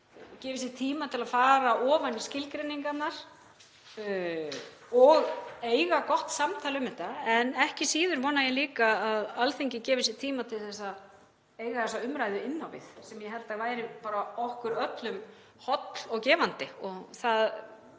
gefi sér tíma til að fara ofan í skilgreiningarnar og eiga gott samtal um þetta en ekki síður vona ég líka að Alþingi gefi sér tíma til að eiga þessa umræðu inn á við, sem ég held að væri okkur öllum holl og gefandi. Það